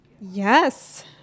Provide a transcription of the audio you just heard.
Yes